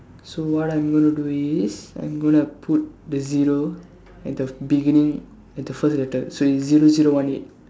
so what I'm gonna do is I'm gonna put the zero at the beginning at the first letter so it's zero zero one eight